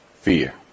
Fear